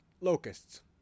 Locusts